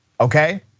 okay